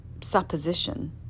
supposition